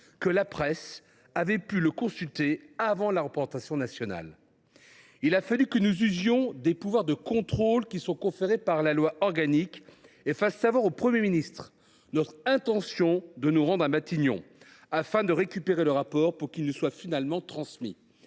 que la presse avait pu le consulter avant la représentation nationale. Il a fallu que nous usions des pouvoirs de contrôle qui nous sont conférés par la loi organique et fassions savoir au Premier ministre notre intention de nous rendre à Matignon afin de récupérer le rapport pour que celui ci nous soit finalement transmis.